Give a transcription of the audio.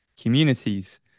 communities